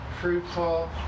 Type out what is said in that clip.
fruitful